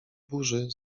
burzy